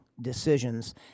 decisions